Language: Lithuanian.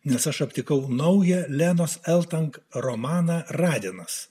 nes aš aptikau naują lenos eltank romaną radinas